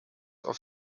auf